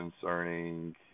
concerning